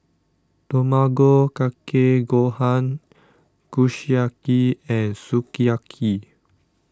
Tamago Kake Gohan Kushiyaki and Sukiyaki